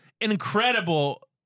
incredible